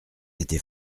été